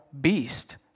beast